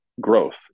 growth